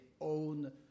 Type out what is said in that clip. own